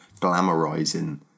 glamorizing